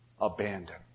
abandon